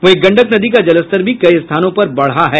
वहीं गंडक नदी का जलस्तर भी कई स्थानों पर बढ़ा है